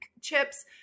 chips